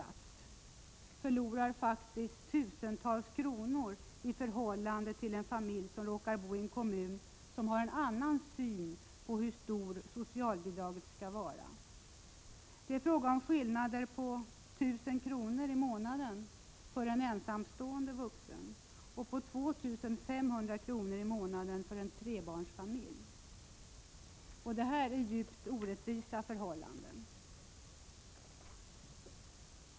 1987/88:31 förlorar faktiskt tusentals kronor i förhållande till en familj som råkar boien 25 november 1987 kommun som har en annan syn på hur stort socialbidraget skall vara. Det är = Qodeap a fråga om skillnader på 1 000 kr. i månaden för en ensamstående vuxen och på 2500 kr. i månaden för en trebarnsfamilj. Detta är djupt orättvisa förhållanden.